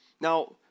Now